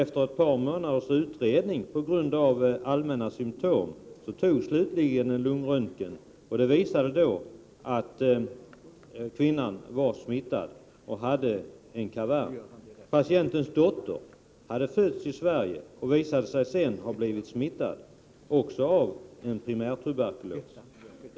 Efter ett par månaders utredning på grund av allmänna symtom togs slutligen en lungröntgen, som visade att kvinnan var smittad och att hon hade en stor kavern. Patientens dotter, som var född i Sverige, hade också blivit smittad av en primärtuberkulos.